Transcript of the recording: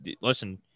listen